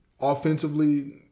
Offensively